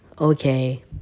okay